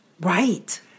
Right